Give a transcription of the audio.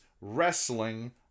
wrestling